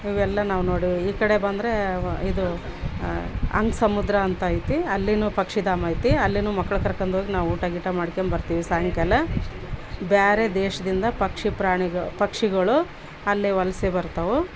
ಇವೆಲ್ಲ ನಾವು ನೋಡಿ ಈ ಕಡೆ ಬಂದರೆ ಇದು ಅಂಕ್ ಸಮುದ್ರ ಅಂತೈತಿ ಅಲ್ಲಿನು ಪಕ್ಷಿದಾಮ ಐತಿ ಅಲ್ಲಿನೂ ಮಕ್ಳನ್ನ ಕರ್ಕೊಂಡೋಗಿ ನಾವು ಊಟ ಗೀಟ ಮಾಡ್ಕ್ಯಾಮ್ಬ ಬರ್ತೀವಿ ಸಾಯಂಕಾಲ ಬ್ಯಾರೆ ದೇಶ್ದಿಂದ ಪಕ್ಷಿ ಪ್ರಾಣಿಗ ಪಕ್ಷಿಗಳು ಅಲ್ಲೆ ವಲಸೆ ಬರ್ತಾವು